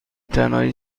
تنهایی